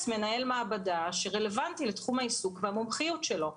מנהל מעבדה שרלוונטי לתחום העיסוק והמומחיות שלו.